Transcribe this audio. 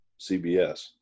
CBS